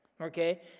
Okay